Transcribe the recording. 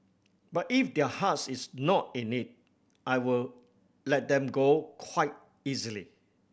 but if their heart is not in it I will let them go quite easily